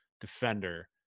defender